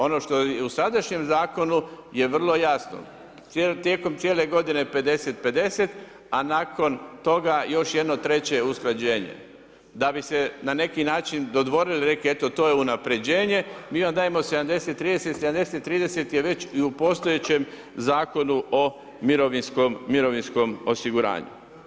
Ono što i u sadašnjem zakonu je vrlo jasno, tijekom cijele godine 50:50 a nakon toga još jedno treće usklađenje da bi se na neki način dodvorili i rekli eto to je unapređenje, mi vam dajemo 70:30, 70:30 je već i u postojećem Zakonu o mirovinskom osiguranju.